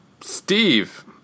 Steve